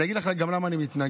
אני אגיד לך גם למה אני מתנגד.